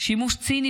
שימוש ציני,